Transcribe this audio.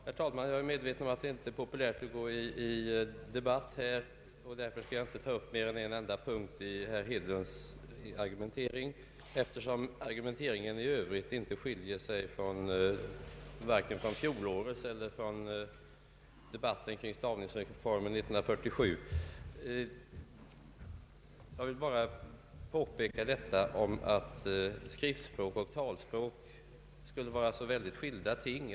Herr talman! Jag är medveten om att det inte är populärt att gå upp i debatten vid den här tidpunkten. Jag skall nöja mig med att ta upp en enda punkt i herr Hedlunds argumentering, eftersom argumenteringen i övrigt inte skiljer sig vare sig från vad som anfördes i fjolårets debatt eller vid debatten kring stavningsreformen år 1947. Det har sagts att skriftspråket och talspråket skulle vara två vitt skilda ting.